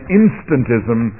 instantism